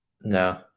No